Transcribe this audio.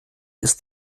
ist